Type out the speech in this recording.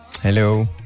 Hello